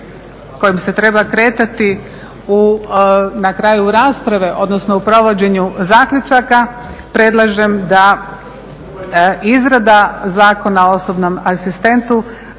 kojim se treba kretati na kraju rasprave, odnosno u provođenju zaključaka, predlažem da izrada Zakona o osobnom asistentu